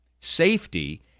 safety